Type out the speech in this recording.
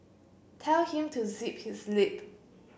tell him to zip his lip